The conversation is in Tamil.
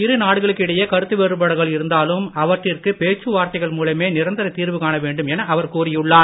இரு நாடுகளுக்கிடையே கருத்து வேறுபாடுகள் இருந்தாலும் அவற்றிற்கு பேச்சுவார்த்தைகள் மூலமே நிரந்தர தீர்வுகாணவேண்டும் என அவர் கூறியுள்ளார்